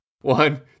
One